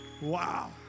Wow